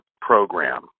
Program